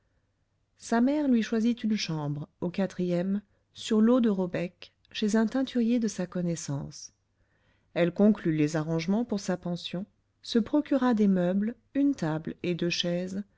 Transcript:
sa mère lui choisit une chambre au quatrième sur leau de robec chez un teinturier de sa connaissance elle conclut les arrangements pour sa pension se procura des meubles une table et deux chaises